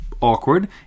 awkward